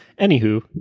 anywho